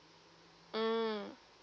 mm